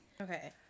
Okay